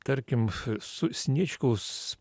tarkim su sniečkaus